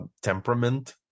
temperament